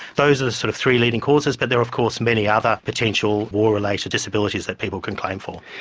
those are the sort of three leading causes, but there are of course many other potential war related disabilities that people can claim for.